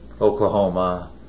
Oklahoma